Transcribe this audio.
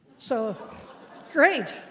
so great.